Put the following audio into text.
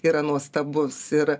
yra nuostabus ir